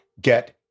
get